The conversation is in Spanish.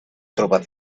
tropas